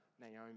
Naomi